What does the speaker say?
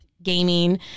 gaming